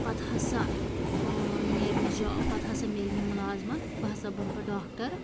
پَتہٕ ہسا نیرِ مےٚ جاب پَتہٕ ہسا مِلہِ مےٚ مُلازمَتھ بہٕ ہسا بَنہٕ پَتہٕ ڈاکٹر